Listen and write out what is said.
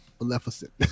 Maleficent